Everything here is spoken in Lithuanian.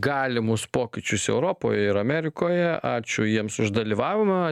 galimus pokyčius europoj ir amerikoje ačiū jiems už dalyvavimą